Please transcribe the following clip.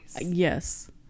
Yes